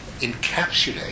encapsulate